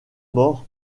mort